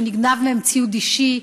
שנגנב מהם ציוד אישי,